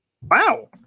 Wow